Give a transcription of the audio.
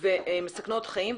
ומסכנות בחיים,